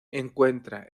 encuentra